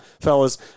fellas